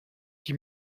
qui